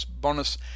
bonus